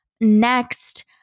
Next